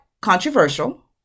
controversial